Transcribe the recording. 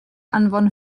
anfon